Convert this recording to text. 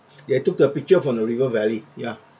they took the picture from the river valley ya